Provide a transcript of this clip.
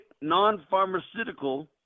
non-pharmaceutical